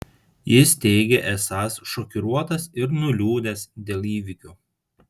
jis teigė esąs šokiruotas ir nuliūdęs dėl įvykių